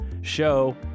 show